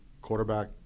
quarterback